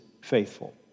faithful